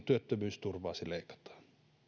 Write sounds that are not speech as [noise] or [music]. [unintelligible] työttömyysturvaasi leikataan